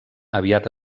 aviat